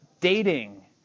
dating